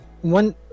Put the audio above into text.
one